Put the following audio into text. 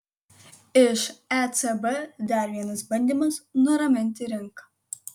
iš ecb dar vienas bandymas nuraminti rinką